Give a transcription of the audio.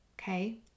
okay